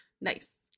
nice